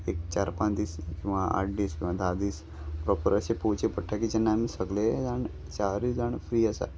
एक चार पांच दीस किंवा आठ दीस किंवा धा दीस प्रोपर अशें पोवचे पडटा की जेन्ना आमी सगळे जाण चारूय जाण फ्री आसा